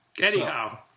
Anyhow